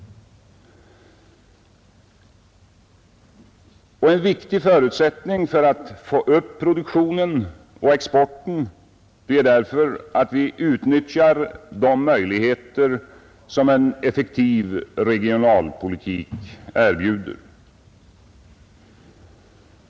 En viktig förutsättning för att få upp produktionen och exporten är därför att vi tar till vara de möjligheter som en effektiv regionalpolitik erbjuder.